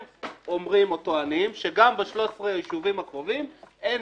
הם אומרים או טוענים שגם ב-13 יישובים הקרובים אין